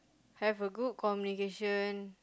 have a good communication